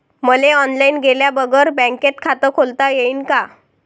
मले ऑनलाईन गेल्या बगर बँकेत खात खोलता येईन का?